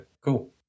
Cool